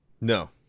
No